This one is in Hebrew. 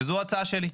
וזו ההצעה שלי.